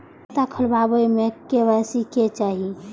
खाता खोला बे में के.वाई.सी के चाहि?